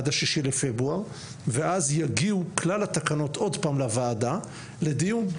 עד ה-6 בפברואר ואז יגיעו כלל התקנות עוד פעם לוועדה לדיון.